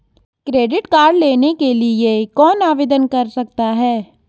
Credit card लेने के लिए कौन आवेदन कर सकता है?